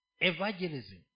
Evangelism